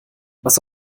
was